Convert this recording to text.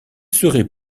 serait